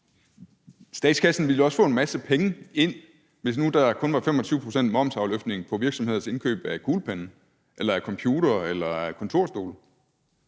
Statskassen ville også få en masse penge ind, hvis nu der kun var 25 pct. momsafløftning på virksomheders indkøb af kuglepenne eller af computere eller af kontorstole,